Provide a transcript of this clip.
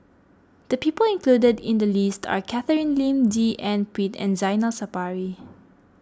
the people included in the list are Catherine Lim D N Pritt and Zainal Sapari